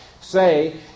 say